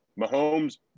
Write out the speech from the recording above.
Mahomes